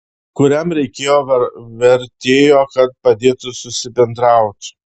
kuriam reikėjo vertėjo kad padėtų susibendraut